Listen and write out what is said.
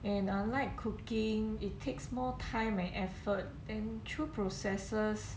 and unlike cooking it takes more time and effort then through processes